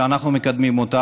שאנחנו מקדמים אותם,